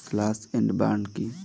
Slash and burn কি?